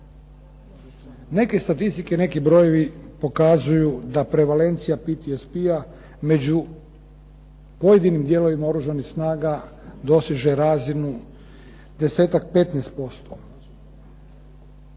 Neke statistike, neki brojevi pokazuju da prevalencija PTSP-a među pojedinim dijelovima Oružanih snaga doseže razinu 10-tak,